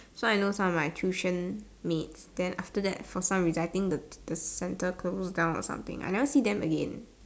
so I know some of my tuition mates then after that for some reason I think the the center close down or something I never see them again